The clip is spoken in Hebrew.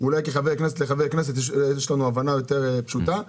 אולי כחבר כנסת לחבר כנסת יש לנו הבנה פשוטה יותר,